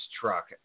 truck